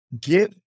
give